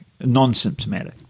non-symptomatic